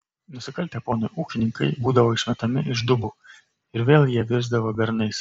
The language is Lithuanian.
nusikaltę ponui ūkininkai būdavo išmetami iš dubų ir vėl jie virsdavo bernais